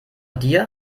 dir